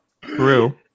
True